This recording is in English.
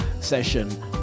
session